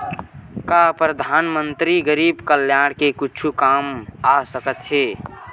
का परधानमंतरी गरीब कल्याण के कुछु काम आ सकत हे